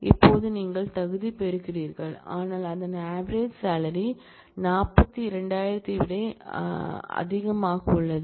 இப்போது நீங்கள் தகுதி பெறுகிறீர்கள் ஏனெனில் அதன் ஆவேரேஜ் சாலரி 42000 ஐ விட அதிகமாக உள்ளது